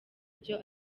byo